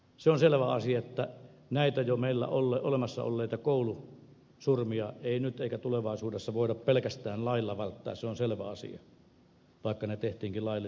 se on selvä asia että näitä jo meillä olemassa olleita koulusurmia ei nyt eikä tulevaisuudessa voida pelkästään lailla välttää se on selvä asia vaikka ne tehtiinkin laillisilla aseilla